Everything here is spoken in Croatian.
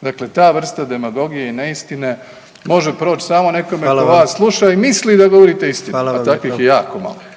Dakle, ta vrsta demagogije i neistine može proći samo nekome tko vas sluša …/Upadica: Hvala vam./… i misli da govorite istinu, a takvih je jako malo.